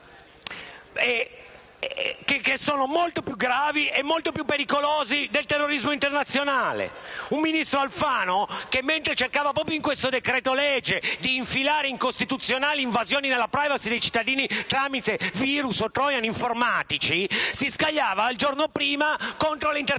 sono molto più gravi e molto più pericolosi del terrorismo internazionale. Il ministro Alfano, mentre cercava di infilare proprio in questo decreto-legge incostituzionali invasioni della *privacy* dei cittadini tramite virus o *trojan* informatici, si scagliava il giorno prima contro le intercettazioni